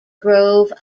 grove